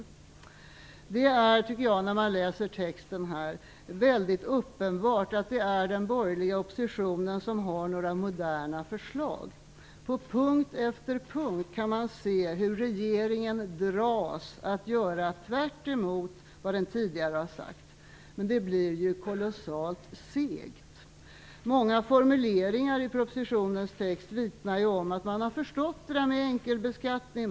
Jag tycker att det är uppenbart när man läser den här texten att det är den borgerliga oppositionen som har moderna förslag. På punkt efter punkt kan man se hur regeringen dras att göra tvärtemot vad den tidigare har sagt. Men det blir ju kolossalt segt. Många formuleringar i propositionens text vittnar om att man har förstått det där med enkelbeskattning.